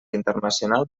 internacional